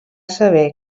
saber